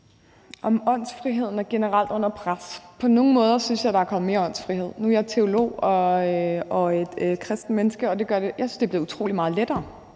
Om åndsfriheden generelt er under pres, spørges der. På nogle måder synes jeg der er kommet mere åndsfrihed. Nu er jeg teolog og et kristent menneske, og jeg synes, det er blevet utrolig meget lettere